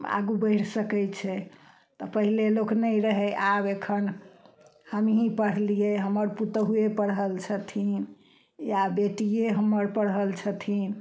आगू बढ़ि सकय छै तऽ पहिले लोक नहि रहय आब एखन हमही पढ़लियै हमर पुतोहूवे पढ़ल छथिन या बेटिये हमर पढ़ल छथिन